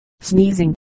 sneezing